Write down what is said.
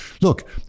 Look